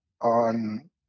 on